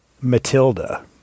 Matilda